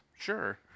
Sure